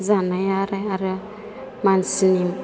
जानाय आरो मानसिनि